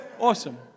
Awesome